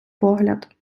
погляд